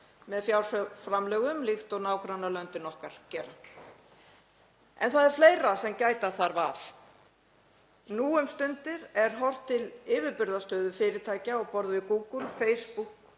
með fjárframlögum líkt og nágrannalöndin okkar gera. En það er fleira sem gæta þarf að. Nú um stundir er horft til yfirburðastöðu fyrirtækja á borð við Google, Facebook